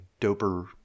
doper